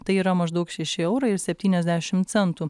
tai yra maždaug šeši eurai ir septyniasdešim centų